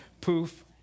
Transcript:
poof